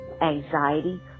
anxiety